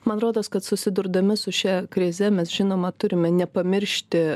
man rodos kad susidurdami su šia krize mes žinoma turime nepamiršti